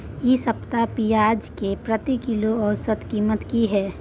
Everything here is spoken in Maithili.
इ सप्ताह पियाज के प्रति किलोग्राम औसत कीमत की हय?